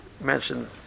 mentioned